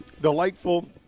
delightful